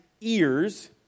ears